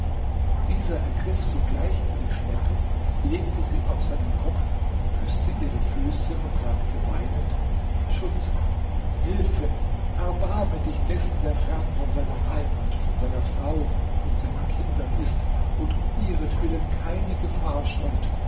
dieser ergriff sogleich ihre schleppe legte sie auf seinen kopf küßte ihre füße und sagte weinend schutz hilfe erbarme dich dessen der fern von seiner heimat von seiner frau und seinen kindern ist und um ihretwillen keine gefahr scheut